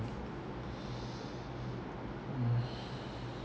mm